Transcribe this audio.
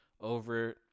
over